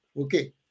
Okay